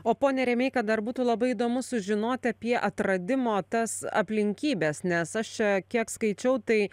o pone remeika dar būtų labai įdomu sužinoti apie atradimo tas aplinkybes nes aš čia kiek skaičiau tai